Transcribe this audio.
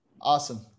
awesome